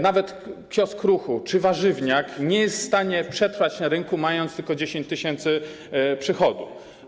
Nawet kiosk Ruchu czy warzywniak nie jest w stanie przetrwać na rynku, mając tylko 10 tys. przychodu.